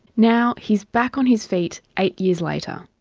now he's back on his feet eight years later.